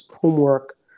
homework